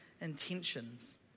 intentions